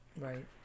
right